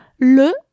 le